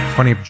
Funny